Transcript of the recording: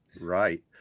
Right